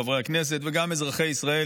חברי הכנסת וגם אזרחי ישראל,